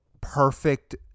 perfect